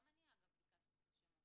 גם אני אגב, ביקשתי את השמות.